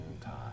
time